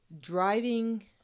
driving